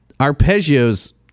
arpeggios